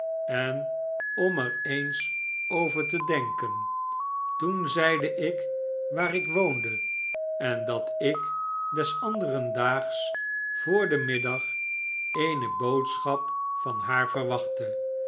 en om er eens over te denken toen zeide ik haar waar ik woonde en dat ik des anderen daags voor den middag eene boodschap van haar verwachtte